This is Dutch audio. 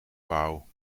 pauw